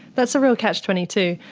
that's a real catch twenty two,